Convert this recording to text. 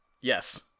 Yes